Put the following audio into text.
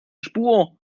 spur